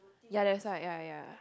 ya that's why ya ya